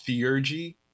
Theurgy